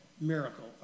miracle